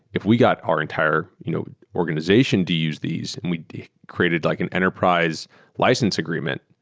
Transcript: if we got our entire you know organization to use these and we created like an enterprise license agreement,